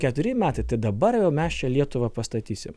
keturi metai tai dabar jau mes čia lietuvą pastatysim